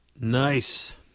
Nice